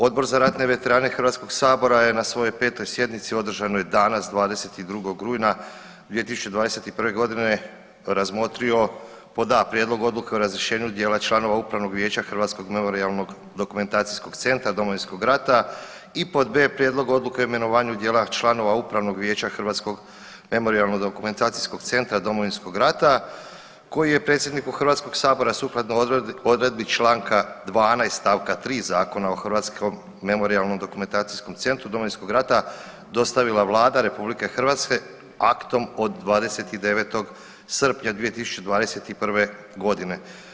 Odbor za ratne veterane Hrvatskog sabora je na svojoj 5. sjednici održanoj danas 22. rujna 2021. godine razmotrio pod a) Prijedlog Odluke o razrješenju dijela članova Upravnog vijeća Hrvatskog memorijalno dokumentacijskog centra Domovinskog rata i pod b) Prijedlog Odluke o imenovanju dijela članova Upravnog vijeća Hrvatskog memorijalno dokumentacijskog centra Domovinskog rata koji je predsjedniku Hrvatskog sabora sukladno odredbi Članka 12. stavka 3. Zakona o Hrvatskom memorijalno dokumentacijskom centru Domovinskog rata dostavila Vlada RH aktom od 29. srpnja 2021. godine.